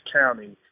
county